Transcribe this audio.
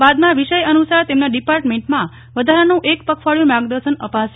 બાદમાં વિષય અનુસાર તેમના ડિપાર્ટમેન્ટમાં વધારાનું એક પખવાડિયું માર્ગદર્શન અપાશે